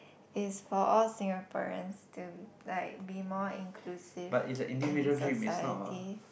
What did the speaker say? is for all Singaporeans to like be more inclusive in society